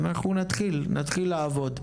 אבל אנחנו נתחיל לעבוד.